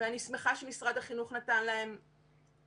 ואני שמחה שמשרד החינוך נתן להן הכשרות.